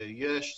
יש.